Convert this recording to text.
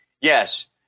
Yes